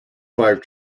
five